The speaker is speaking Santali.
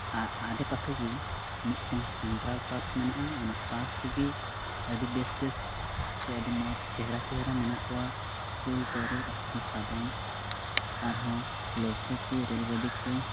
ᱟᱰᱮᱯᱟᱥᱮ ᱜᱮ ᱢᱤᱫᱴᱮᱱ ᱥᱮᱱᱴᱨᱟᱞ ᱯᱟᱨᱠ ᱢᱮᱱᱟᱜᱼᱟ ᱚᱱᱟ ᱯᱟᱨᱠ ᱨᱮᱜᱮ ᱟᱹᱰᱤ ᱵᱮᱥ ᱵᱮᱥ ᱥᱮ ᱟᱹᱰᱤ ᱢᱚᱡᱽ ᱪᱮᱦᱨᱟ ᱪᱮᱦᱨᱟ ᱢᱮᱱᱟᱜ ᱠᱚᱣᱟ ᱠᱩᱞ ᱛᱟᱹᱨᱩᱵᱽ ᱦᱟᱹᱛᱤ ᱥᱟᱫᱚᱢ ᱟᱨᱦᱚᱸ ᱞᱟᱹᱣᱠᱟᱹ ᱠᱚ ᱨᱮᱹᱞ ᱜᱟᱹᱰᱤ ᱠᱚ